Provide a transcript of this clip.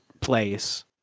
place